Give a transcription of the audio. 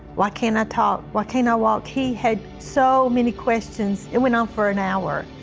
why can't i talk? why can't i walk? he had so many questions. it went on for an hour.